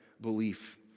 belief